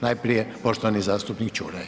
Najprije poštovani zastupnik Čuraj.